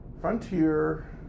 Frontier